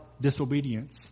disobedience